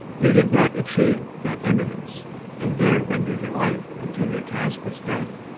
you did not achieve that eminence and there render your life until your task was done,